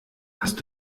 hast